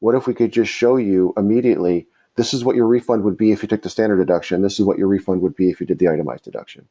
what if we could just show you immediately this is what your refund would be if you took the standard deduction, this is what your refund would be if you did the itemized deduction